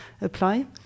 apply